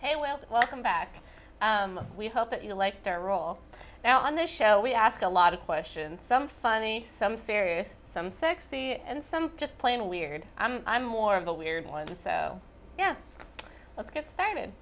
hey well welcome back we hope that you like their role now on this show we ask a lot of questions some funny some serious some sexy and some just plain weird i'm more of a weird one so yeah let's get started